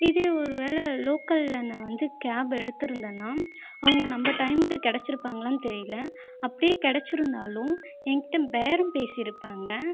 இதே ஒரு வேளை லோக்கலில் நான் வந்து கேப் எடுத்திருந்தேனா அவங்க நம் டைம்க்கு கிடச்சிருப்பாங்களான்னு தெரியலை அப்படியே கிடச்சிருந்தாலும் என் கிட்டே பேரம் பேசியிருப்பாங்க